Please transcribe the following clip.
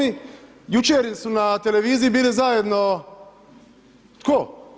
Jučer su na televiziji bili zajedno, tko?